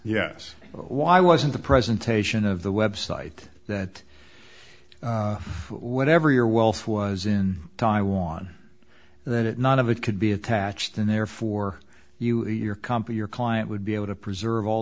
yes why wasn't the presentation of the website that whatever your wealth was in taiwan that none of it could be attached and therefore you your company your client would be able to preserve all